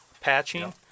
patching